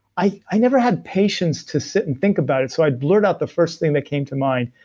i i never had patience to sit and think about it, so i'd blurt out the first thing that came to mind.